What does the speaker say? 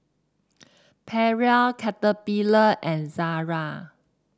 Perrier Caterpillar and Zara